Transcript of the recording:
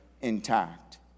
intact